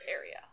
area